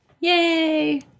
Yay